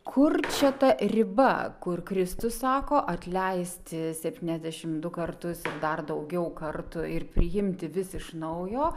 kur čia ta riba kur kristus sako atleisti septyniasdešim du kartus ir dar daugiau kartų ir priimti vis iš naujo